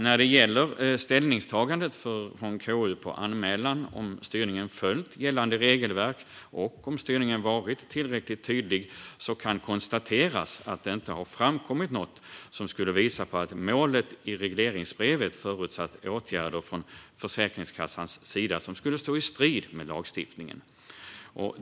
När det gäller ställningstagandet från KU till anmälan om huruvida styrningen följt gällande regelverk och om styrningen varit tillräckligt tydlig kan konstateras att det inte har framkommit något som skulle visa på att målet i regleringsbrevet förutsatt åtgärder från Försäkringskassans sida som skulle stå i strid med lagstiftningen.